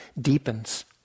deepens